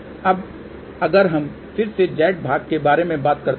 अब अगर हम फिर से Z भाग के बारे में बात करते हैं